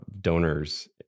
donors